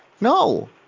No